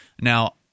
Now